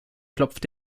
klopft